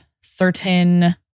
certain